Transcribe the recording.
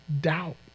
doubt